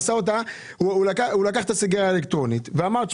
הוא לקח את הסיגריה האלקטרונית ואמר שהוא